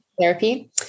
therapy